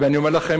ואני אומר לכם,